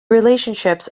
relationships